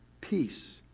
peace